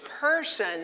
person